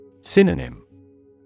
Synonym